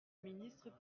ministre